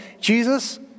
Jesus